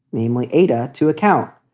namely ayda to account.